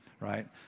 right